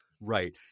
right